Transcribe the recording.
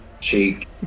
cheek